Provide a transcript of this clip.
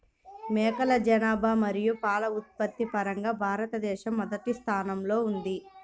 మేకల జనాభా మరియు పాల ఉత్పత్తి పరంగా భారతదేశం మొదటి స్థానంలో ఉంది